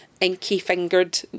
inky-fingered